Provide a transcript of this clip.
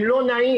הם לא נעים,